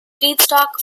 feedstock